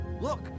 Look